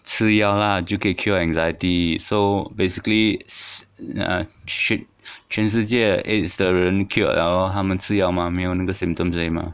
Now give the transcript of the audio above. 吃药 lah 就可以 cure anxiety so basically sh~ ah shit 全世界 A_I_Ds 的人 cured liao lor 他们吃药吗没有那个 symptoms 而已吗